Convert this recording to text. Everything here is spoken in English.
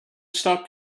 start